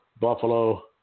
Buffalo